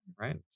right